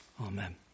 Amen